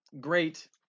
great